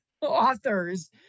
authors